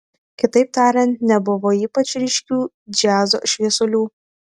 kitaip tariant nebuvo ypač ryškių džiazo šviesulių